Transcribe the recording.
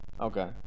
Okay